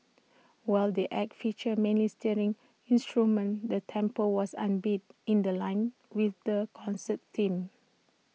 while the act featured mainly string instruments the tempo was upbeat in The Line with the concert theme